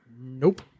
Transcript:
Nope